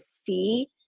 see